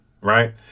right